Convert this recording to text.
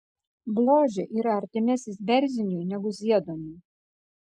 bložė yra artimesnis berziniui negu zieduoniui